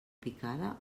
picada